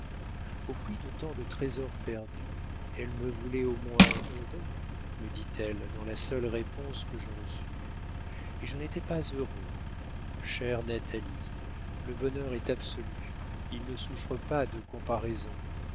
au prix de tant de trésors perdus elle me voulait au moins heureux me dit-elle dans la seule réponse que je reçus et je n'étais pas heureux chère natalie le bonheur est absolu il ne souffre pas de comparaisons